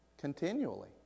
Continually